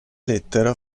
lettera